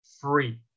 free